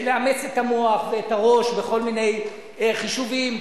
והרבה חוש הומור